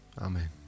amen